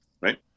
right